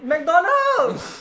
McDonald's